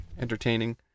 Entertaining